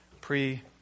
pre